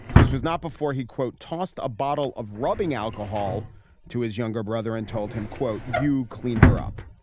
this was not before he, quote, tossed a bottle of rubbing alcohol to his younger brother and told him, quote, you clean her up.